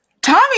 Tommy